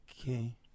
Okay